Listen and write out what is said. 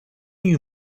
you